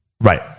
right